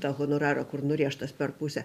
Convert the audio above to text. tą honorarą kur nurėžtas per pusę